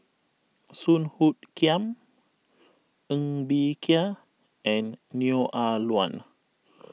Song Hoot Kiam Ng Bee Kia and Neo Ah Luan